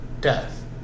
death